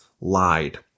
lied